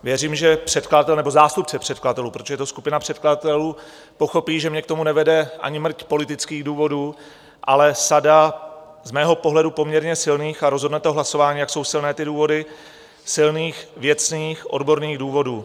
Věřím, že předkladatel nebo zástupce předkladatelů, protože to je skupina předkladatelů, pochopí, že mě k tomu nevede ani mrť politických důvodů, ale sada z mého pohledu poměrně silných a rozhodnete v hlasování, jak jsou silné ty důvody silných, věcných, odborných důvodů.